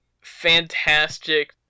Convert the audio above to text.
fantastic